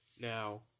now